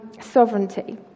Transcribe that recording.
sovereignty